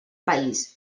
país